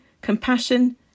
compassion